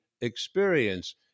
experience